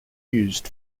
used